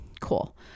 cool